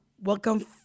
welcome